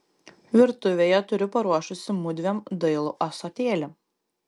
virtuvėje turiu paruošusi mudviem dailų ąsotėlį